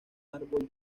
árbol